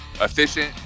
Efficient